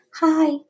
Hi